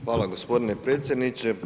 Hvala gospodine predsjedniče.